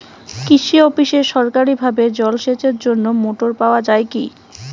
কৃষি অফিসে সরকারিভাবে জল সেচের জন্য মোটর পাওয়া যায় কি?